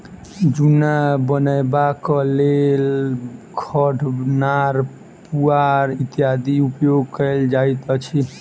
जुन्ना बनयबाक लेल खढ़, नार, पुआर इत्यादिक उपयोग कयल जाइत अछि